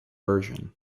version